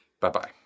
Bye-bye